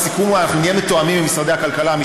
והסיכום הוא שאנחנו נהיה מתואמים עם משרדי הכלכלה והתעשייה,